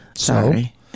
Sorry